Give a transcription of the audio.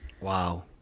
Wow